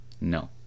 no